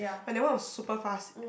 but that one was super fast